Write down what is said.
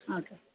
okay